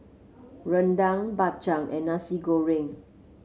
rendang Bak Chang and Nasi Goreng